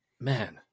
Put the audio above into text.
man